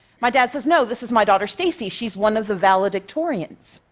my dad says, no, this is my daughter, stacey. she's one of the valedictorians.